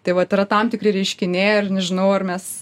tai vat yra tam tikri reiškiniai ir nežinau ar mes